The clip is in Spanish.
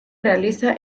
realiza